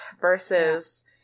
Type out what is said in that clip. Versus